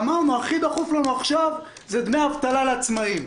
ואמרנו: הכי דחוף לנו עכשיו לחוקק בעניין דמי אבטלה לעצמאים,